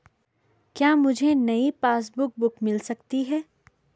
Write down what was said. क्या मुझे नयी पासबुक बुक मिल सकती है?